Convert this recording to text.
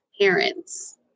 parents